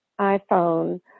iPhone